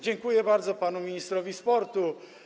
Dziękuję bardzo panu ministrowi sportu.